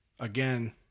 Again